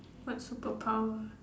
what superpower